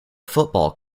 football